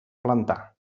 plantar